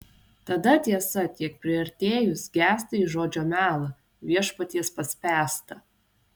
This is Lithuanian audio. tada tiesa tiek priartėjus gęsta į žodžio melą viešpaties paspęstą